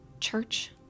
church